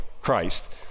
Christ